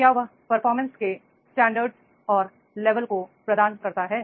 क्या यह performance standard और को प्रदान करता है